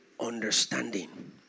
understanding